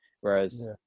whereas